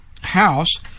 house